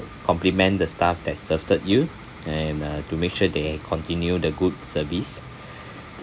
compliment the staff that served you and uh to make sure they continue the good service